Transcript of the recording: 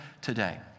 today